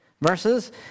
verses